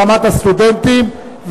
ברמת הסטודנטים,